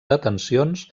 detencions